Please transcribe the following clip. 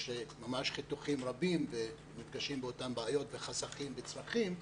יש ממש חיתוכים רבים ונפגשים באותם בעיות וחסכים וצרכים,